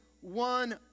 one